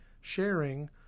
sharing